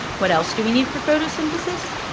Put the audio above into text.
what else do we need for photosynthesis?